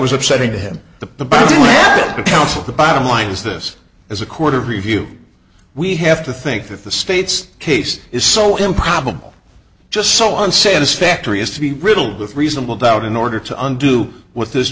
was upsetting to him the counsel the bottom line is this is a court of review we have to think that the state's case is so improbable just so on satisfactory as to be riddled with reasonable doubt in order to undo what this